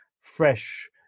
fresh